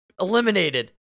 eliminated